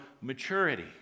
maturity